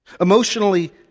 Emotionally